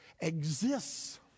exists